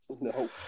No